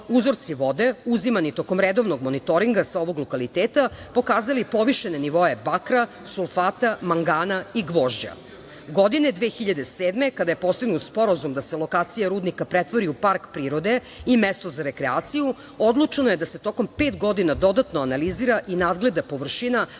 uzorci vode uzimani tokom redovnog monitoringa sa ovog lokaliteta pokazali povišene nivoe bakra, sulfata, mangana i gvožđa. Godine 2007. kada je postignut sporazum da se lokacija rudnika pretvori u park prirode i mesto za rekreaciju odlučeno je da se tokom pet godina dodatno analizira i nadgleda površina